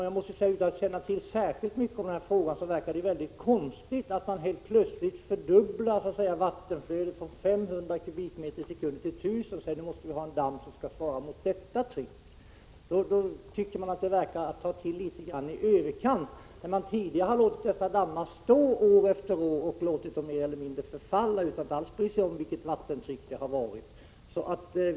Jag måste säga: Utan att känna till särskilt mycket om den här frågan verkar det mycket konstigt att man helt plötsligt fördubblar vattenflödet från 500 m? i sekunden till 1 000 och säger att dammen måste svara mot detta tryck. Det verkar vara att ta till i överkant. Tidigare har man ju låtit dessa dammar stå år efter år och mer eller mindre förfalla, utan att alls bry sig om vilket vattentryck det har varit.